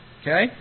Okay